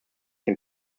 can